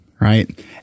right